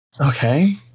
Okay